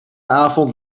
avond